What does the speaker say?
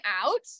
out